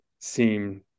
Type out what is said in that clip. seem